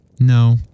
No